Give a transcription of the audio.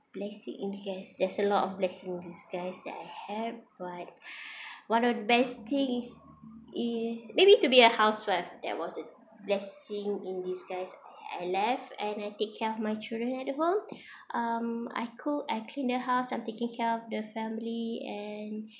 blessing in disguise there's a lot of blessing in disguise that I had but one of best thing is maybe to be a housewife that was a blessing in disguise I left and I take care of my children at the home um I cook I clean the house I'm taking care of the family and